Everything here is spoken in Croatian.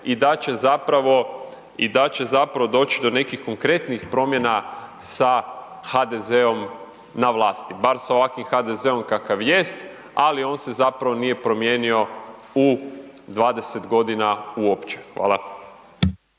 i da će zapravo doći do nekih konkretnih promjena sa HDZ-om na vlasti, bar sa ovakvim HDZ-om kakav jest, al on se zapravo nije promijenio u 20.g. uopće. Hvala.